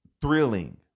thrilling